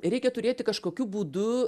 reikia turėti kažkokiu būdu